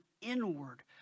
inward